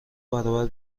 برابر